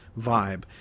vibe